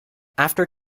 after